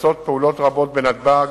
מתבצעות פעולות רבות בנתב"ג,